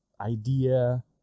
idea